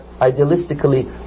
idealistically